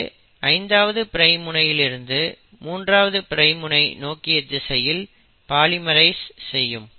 இது 5ஆவது பிரைம் முனையிலிருந்து 3ஆவது பிரைம் முனை நோக்கிய திசையில் பாலிமரைஸ் செய்யும்